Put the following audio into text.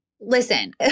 listen